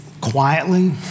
quietly